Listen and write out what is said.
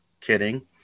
kidding